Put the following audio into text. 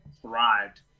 thrived